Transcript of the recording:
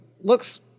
looks